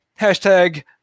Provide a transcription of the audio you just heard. Hashtag